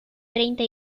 treinta